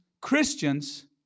Christians